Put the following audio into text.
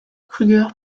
krüger